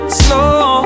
slow